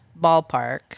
ballpark